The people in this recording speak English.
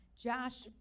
Josh